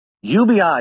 UBI